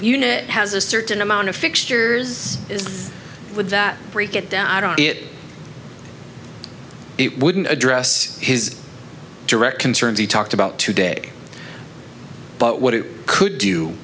unit has a certain amount of fixtures would that break it down i don't it it wouldn't address his direct concerns he talked about today but what it could do